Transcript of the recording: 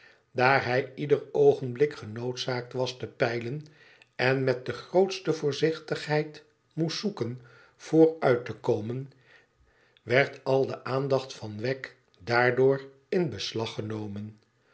daar hij ieder oogenblik genoodzaakt was te peilen en met de grootste voorzichtigheid moest zoeken vooruit té komen werd al de aandacht van wegg daardoor in beslag genomen